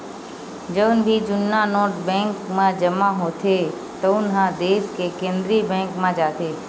जउन भी जुन्ना नोट बेंक म जमा होथे तउन ह देस के केंद्रीय बेंक म जाथे